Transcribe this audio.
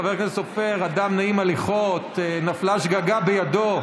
חבר הכנסת סופר, אדם נעים הליכות, נפלה שגגה בידו.